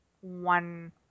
one